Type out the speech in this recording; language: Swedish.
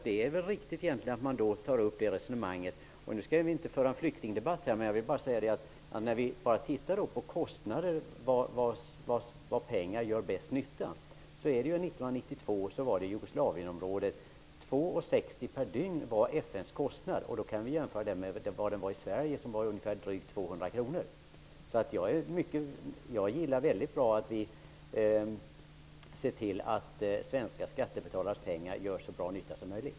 Det är väl riktigt att ta upp det resonemanget. Vi skall inte föra en flyktingdebatt nu, men vi kan titta på kostnaderna och var pengarna gör mest nytta. 1992 var FN:s kostnad I Sverige var kostnaden drygt 200 kr. Jag tycker att det är väldigt bra att vi ser till att svenska skattebetalares pengar gör så stor nytta som möjligt.